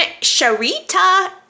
Sharita